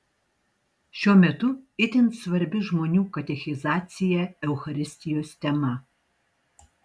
šiuo metu itin svarbi žmonių katechizacija eucharistijos tema